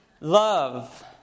Love